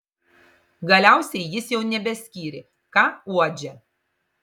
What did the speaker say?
galiausiai jis jau nebeskyrė ką uodžia